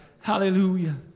Hallelujah